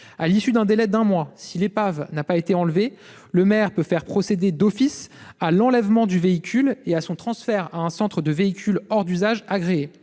À l'issue d'un délai d'un mois, si l'épave n'a pas été enlevée, le maire peut faire procéder d'office à l'enlèvement du véhicule et à son transfert dans un centre de véhicules hors d'usage agréé.